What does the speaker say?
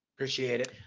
appreciate it.